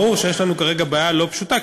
ברור שיש לנו כרגע בעיה לא פשוטה,